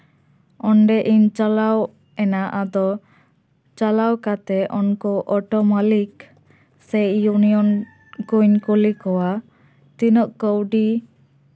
ᱚᱸᱰᱮ ᱤᱧ ᱪᱟᱞᱟᱣ ᱮᱱᱟ ᱟᱫᱚ ᱪᱟᱞᱟᱣ ᱠᱟᱛᱮᱫ ᱩᱱᱠᱩ ᱚᱴᱳ ᱢᱟᱞᱤᱠ ᱥᱮ ᱤᱭᱩᱱᱤᱭᱚᱱ ᱠᱩᱧ ᱠᱩᱞᱤ ᱠᱚᱣᱟ ᱛᱤᱱᱟᱹᱜ ᱠᱟᱹᱣᱰᱤ